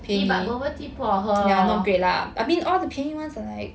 eh but Bobatea 不好喝